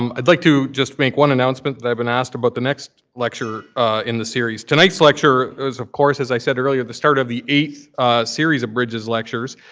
um i'd like to just make one announcement that i've been asked about the next lecture in the series. tonight's lecture is, of course, as i said earlier, the start of the eighth series of bridges lectures.